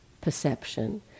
perception